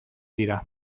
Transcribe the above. dira